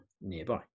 nearby